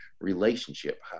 relationship